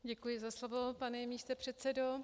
Děkuji za slovo, pane místopředsedo.